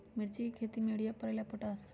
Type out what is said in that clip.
मिर्ची के खेती में यूरिया परेला या पोटाश?